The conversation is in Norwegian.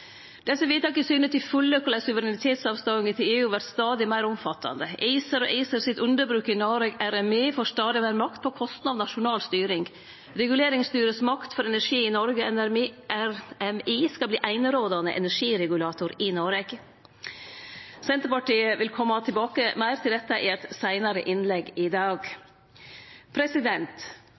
vedtaket syner til fulle korleis suverenitetsavståinga til EU vert stadig meir omfattande. ACER og ACER sitt underbruk i Noreg, RME, får stadig meir makt på kostnad av nasjonal styring. Reguleringsstyresmakt for energi i Noreg, RME, skal verte einerådande energiregulator i Noreg. Senterpartiet vil kome meir tilbake til dette i eit seinare innlegg i dag.